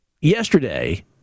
Yesterday